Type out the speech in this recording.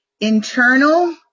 internal